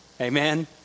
Amen